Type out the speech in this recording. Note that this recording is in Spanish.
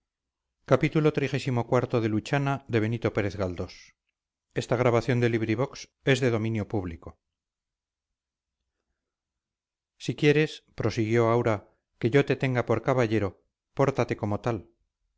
si quieres prosiguió aura que yo te tenga por caballero pórtate como tal